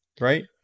right